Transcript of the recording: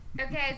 Okay